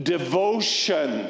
devotion